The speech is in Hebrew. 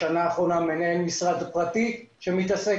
בשנה האחרונה אני מנהל משרד פרטי שמתעסק